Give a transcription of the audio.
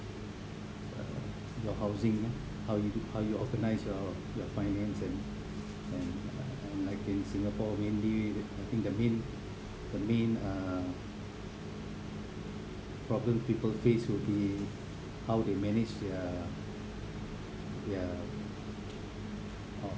uh your housing how you how you organise your your finance and and and like in singapore mainly I think the main the main uh problem people face would be how they managed their their